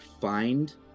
find